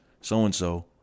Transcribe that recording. so-and-so